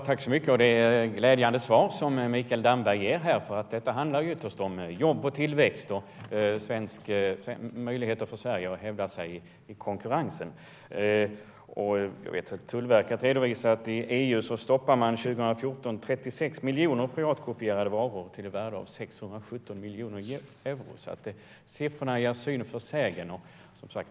Herr talman! Det är ett glädjande svar som Mikael Damberg ger. Det handlar ytterst om jobb och tillväxt och om möjligheter för Sverige att hävda sig i konkurrensen. Tullverket har redovisat att man i EU år 2014 stoppade 36 miljoner piratkopierade varor till ett värde av 617 miljoner euro. Siffrorna ger syn för sägen.